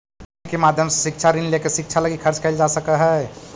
bank के माध्यम से शिक्षा ऋण लेके शिक्षा लगी खर्च कैल जा सकऽ हई